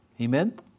Amen